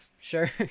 sure